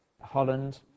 Holland